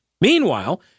Meanwhile